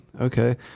okay